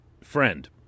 friend